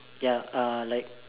ya uh like